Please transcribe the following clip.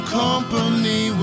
company